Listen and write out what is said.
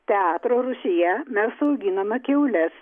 teatro rūsyje mes auginome kiaules